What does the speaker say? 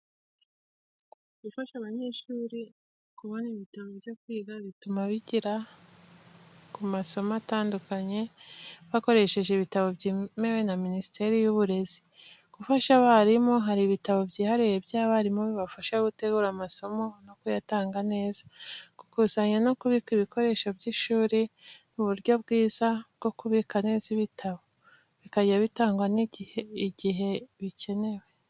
Gufasha abanyeshuri kubona ibitabo byo kwiga bituma bigira ku masomo atandukanye bakoresheje ibitabo byemewe na Minisiteri y'Uburezi gufasha abarimu, hari ibitabo byihariye by’abarimu bibafasha gutegura amasomo no kuyatanga neza, gukusanya no kubika ibikoresho by’ishuri n'uburyo bwiza bwo kubika neza ibitabo, bikazajya bitangwa igihe bikenewe.